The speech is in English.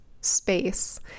space